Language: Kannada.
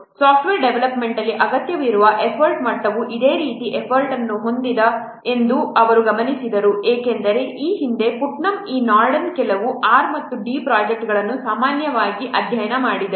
ಸಾಫ್ಟ್ವೇರ್ ಡೆವಲಪ್ಮೆಂಟ್ ಅಲ್ಲಿ ಅಗತ್ಯವಿರುವ ಎಫರ್ಟ್ ಮಟ್ಟವು ಇದೇ ರೀತಿಯ ಎಫರ್ಟ್ ಅನ್ನು ಹೊಂದಿದೆ ಎಂದು ಅವರು ಗಮನಿಸಿದರು ಏಕೆಂದರೆ ಈ ಹಿಂದೆ ಪುಟ್ನಮ್ ಈ ನಾರ್ಡೆನ್ ಕೆಲವು R ಮತ್ತು D ಪ್ರೊಜೆಕ್ಟ್ಗಳನ್ನು ಸಾಮಾನ್ಯವಾಗಿ ಅಧ್ಯಯನ ಮಾಡಿದ್ದರು